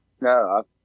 No